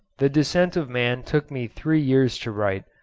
the descent of man took me three years to write,